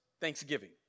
Thanksgiving